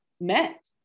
met